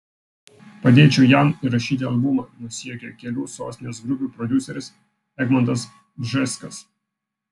padėčiau jam įrašyti albumą nusijuokė kelių sostinės grupių prodiuseris egmontas bžeskas